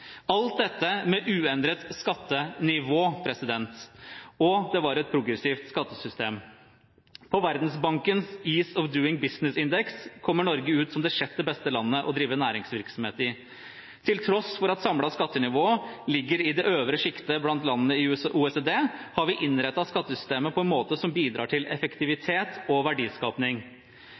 alt dette med uendret skattenivå. Og det var et progressivt skattesystem. På Verdensbankens Ease of Doing Business’ index kommer Norge ut som det sjette beste landet å drive næringsvirksomhet i. Til tross for at samlet skattenivå ligger i det øvre sjiktet blant landene i OECD, har vi innrettet skattesystemet på en måte som bidrar til effektivitet og